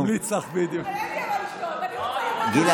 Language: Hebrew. אין לי מה לשתות, אני רוצה, השרה